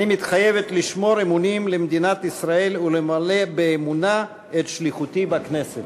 אני מתחייבת לשמור אמונים למדינת ישראל ולמלא באמונה את שליחותי בכנסת.